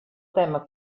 tema